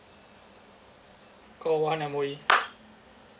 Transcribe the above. call one M_O_E